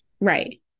Right